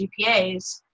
GPAs